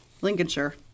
lincolnshire